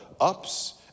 ups